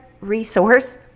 resource